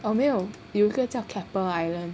oh 没有有一个叫 Keppel Island